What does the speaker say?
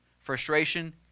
Frustration